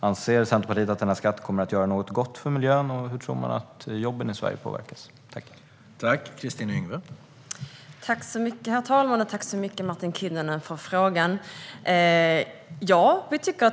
Anser Centerpartiet att denna skatt kommer att göra något gott för miljön, och hur tror man att jobben i Sverige kommer att påverkas?